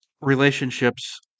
relationships